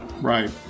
Right